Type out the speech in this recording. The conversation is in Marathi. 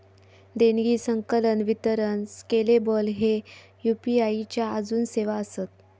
देणगी, संकलन, वितरण स्केलेबल ह्ये यू.पी.आई च्या आजून सेवा आसत